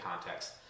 context